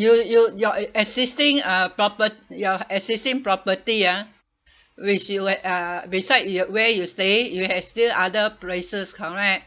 you you your e~ existing uh proper~ your existing property ah which you ha~ uh beside you where you stay you have still other places correct